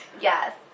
Yes